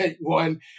one